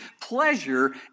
pleasure